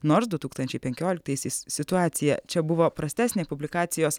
nors du tūkstančiai penkioliktaisiais situacija čia buvo prastesnė publikacijos